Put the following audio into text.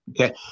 okay